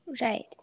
Right